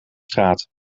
straat